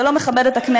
זה לא מכבד את הכנסת.